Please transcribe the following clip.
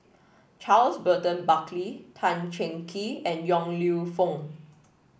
Charles Burton Buckley Tan Cheng Kee and Yong Lew Foong